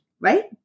right